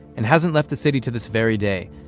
and hasn't left the city to this very day.